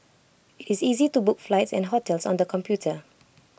IT is easy to book flights and hotels on the computer